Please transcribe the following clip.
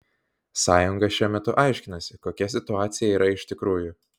sąjunga šiuo metu aiškinasi kokia situacija yra iš tikrųjų